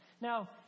Now